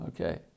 Okay